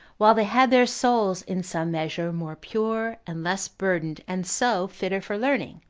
while they had their souls in some measure more pure, and less burdened, and so fitter for learning,